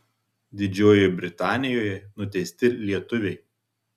didžiojoje britanijoje nuteisti lietuviai